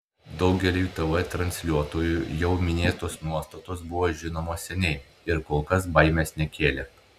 daugeliui tv transliuotojų jau minėtos nuostatos buvo žinomos seniai ir kol kas baimės nekėlė